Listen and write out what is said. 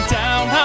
down